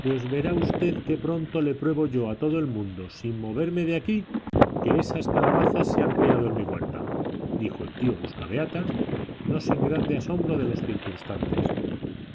pues verá usted qué pronto le pruebo yo a todo el mundo sin moverme de aquí que esas calabazas se han criado en mi huerta dijo el tío buscabeatas no sin grande asombro de los